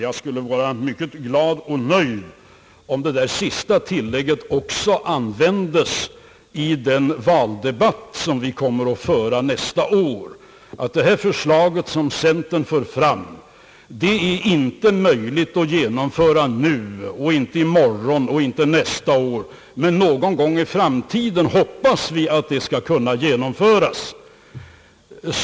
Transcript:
Jag skulle vara mycket glad och nöjd om det där sista tillägget också användes i den valdebatt som vi kommer att föra nästa år. Det förslag som centern fört fram är inte möjligt att genomföra nu, inte i morgon och inte nästa år, men någon gång i framtiden hoppas vi att det skall kunna genomföras.